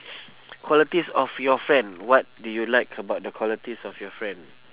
qualities of your friend what do you like about the qualities of your friend